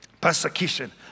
Persecution